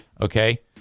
Okay